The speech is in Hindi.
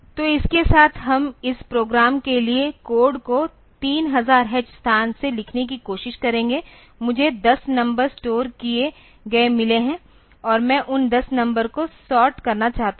तो इसके साथ हम इस प्रोग्राम के लिए कोड को 3000h स्थान से लिखने की कोशिश करेंगे मुझे 10 नंबर स्टोर किए गए मिले हैं और मैं उन 10 नंबर को सॉर्ट करना चाहता हूं